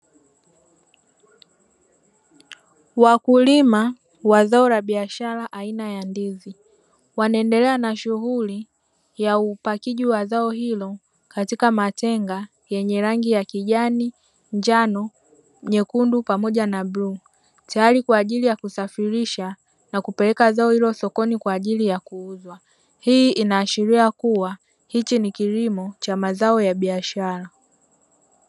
Wakulima wa zao la biashara aina ya ndizi. Wanaendelea na shughuli ya upakiji wa zao hilo katika matenga yenye rangi ya: kijani, njano, nyekundu pamoja na bluu. Tayari kwa ajili ya kusafirisha na kupeleka zao hilo sokoni kwa ajili ya kuuzwa. Hii inaashiria kuwa hichi ni kilimo cha mazao ya biashara.